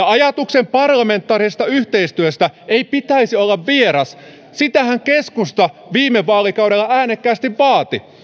ajatuksen parlamentaarisesta yhteistyöstä ei pitäisi olla vieras sitähän keskusta viime vaalikaudella äänekkäästi vaati